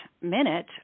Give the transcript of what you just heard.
minute